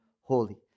holy